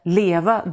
leva